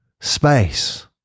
space